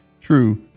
true